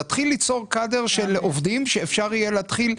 להתחיל ליצור קאדר של עובדים שאפשר יהיה להתחיל,